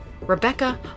Rebecca